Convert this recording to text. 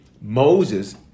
Moses